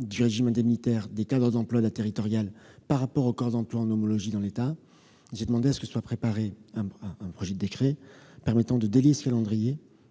du régime indemnitaire des cadres d'emplois de la fonction publique territoriale par rapport aux cadres d'emplois en homologie dans l'État. J'ai demandé que soit préparé un projet de décret. Il s'agit de délier ce calendrier,